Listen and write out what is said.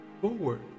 forward